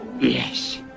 Yes